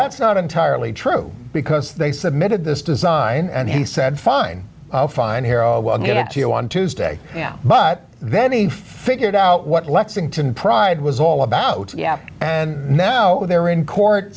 that's not entirely true because they submitted this design and he said fine fine hero we'll get it to you on tuesday yeah but then he figured out what lexington pride was all about and now they're in court